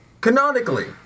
Canonically